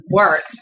work